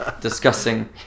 discussing